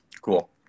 Cool